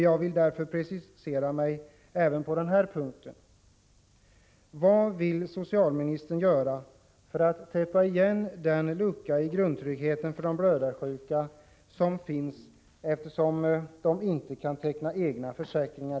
Jag vill därför precisera mig även här: Vad vill socialministern göra för att täppa igen den lucka i grundtryggheten för de blödarsjuka som finns, eftersom de i dag inte kan teckna egna försäkringar?